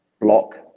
block